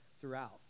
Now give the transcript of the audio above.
throughout